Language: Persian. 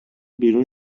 بیرون